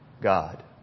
God